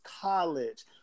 college